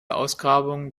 ausgrabungen